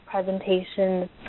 Presentations